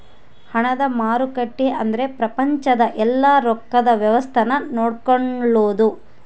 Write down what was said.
ಹಣದ ಮಾರುಕಟ್ಟೆ ಅಂದ್ರ ಪ್ರಪಂಚದ ಯೆಲ್ಲ ರೊಕ್ಕದ್ ವ್ಯವಸ್ತೆ ನ ನೋಡ್ಕೊಳೋದು